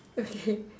okay